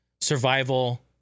survival